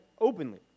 openly